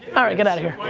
alright, get out of here